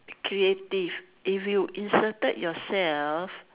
creative if you inserted yourself